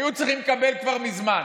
היו צריכים לקבל כבר מזמן.